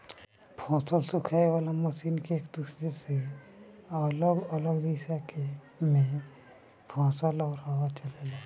फसल सुखावे वाला मशीन में एक दूसरे से अलग अलग दिशा में फसल और हवा चलेला